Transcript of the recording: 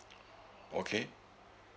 okay